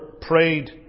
prayed